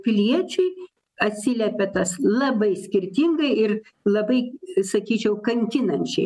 piliečiui atsiliepia tas labai skirtingai ir labai sakyčiau kankinančiai